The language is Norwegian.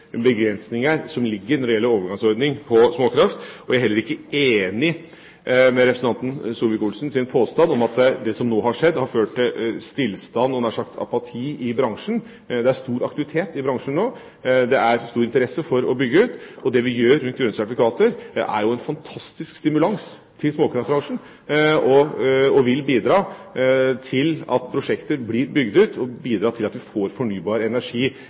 begrensninger som ligger når det gjelder overgangsordning på småkraft. Jeg er heller ikke enig med representanten Solvik-Olsen i hans påstand om at det som nå har skjedd, har ført til stillstand og nær sagt apati i bransjen. Det er stor aktivitet i bransjen nå, det er stor interesse for å bygge ut. Det vi gjør rundt grønne sertifikater, er en fantastisk stimulans til småkraftbransjen og vil bidra til at prosjekter blir bygd ut og til at vi får fornybar energi